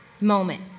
moment